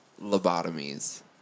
Lobotomies